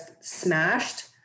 smashed